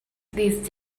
these